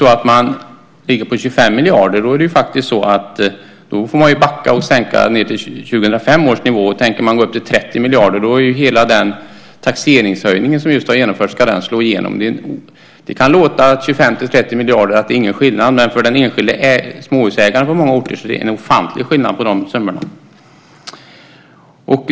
Ligger man på 25 miljarder får man ju backa och sänka till 2005 års nivå. Tänker man gå upp till 30 miljarder ska ju hela den taxeringshöjning som just har genomförts slå igenom. Det kan låta som att det inte är någon skillnad på 25 och 30 miljarder, men för den enskilde småhusägaren på många orter är det en ofantlig skillnad på de summorna. Herr talman!